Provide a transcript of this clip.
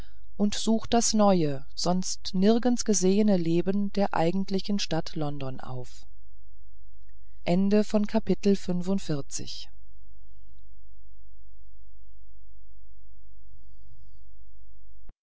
und sucht das neue sonst nirgends gesehene leben der eigentlichen stadt london auf